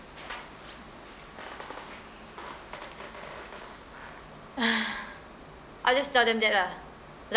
I'll just tell them that ah like